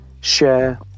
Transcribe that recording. share